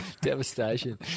Devastation